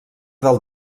del